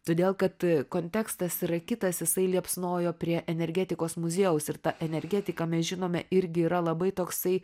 todėl kad kontekstas yra kitas jisai liepsnojo prie energetikos muziejaus ir ta energetika mes žinome irgi yra labai toksai